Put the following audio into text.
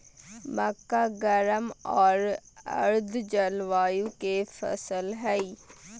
मक्का गर्म आर आर्द जलवायु के फसल हइ